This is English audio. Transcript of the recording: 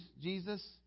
Jesus